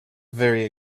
very